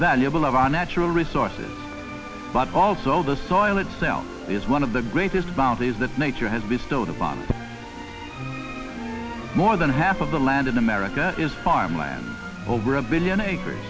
valuable of our natural resources but also the soil itself is one of the greatest bounties that nature has bestowed upon more than half of the land in america is farmland over a billion acres